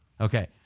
Okay